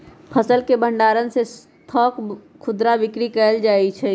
फसल के भण्डार से थोक खुदरा बिक्री कएल जाइ छइ